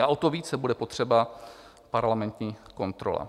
A o to více bude potřeba parlamentní kontrola.